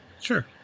Sure